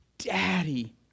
Daddy